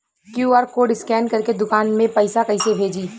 QR code scan करके दुकान में पैसा कइसे भेजी?